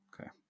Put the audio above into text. Okay